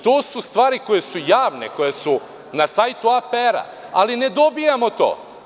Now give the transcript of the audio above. To su stvari koje su javne, koje su na sajtu APR-a, ali ne dobijamo to.